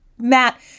Matt